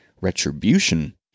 retribution